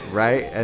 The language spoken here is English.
right